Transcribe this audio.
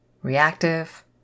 Reactive